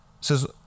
says